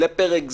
לפרק זמן,